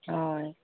ꯍꯣꯏ